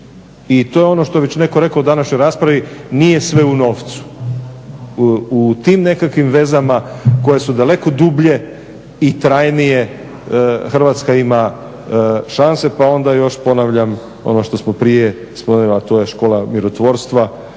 I to je ono što je već netko rekao u današnjoj raspravi nije sve u novcu. U tim nekakvim vezama koje su daleko dublje i trajnije Hrvatska ima šanse pa onda još ponavljam ono što smo prije spomenuli a to je škola mirotvorstva